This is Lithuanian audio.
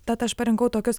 tad aš parinkau tokius